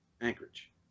Anchorage